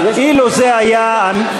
אילו זה היה,